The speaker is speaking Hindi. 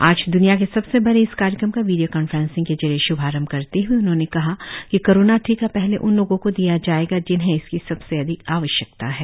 आज दुनिया के सबसे बड़े इस कार्यक्रम का वीडियो कांफ्रेंसिंग के जरिए श्भारंभ करते हए उन्होंने कहा कि कोरोना टीका पहले उन लोगों को दिया जाएगा जिन्हें इसकी सबसे अधिक आवश्यकता है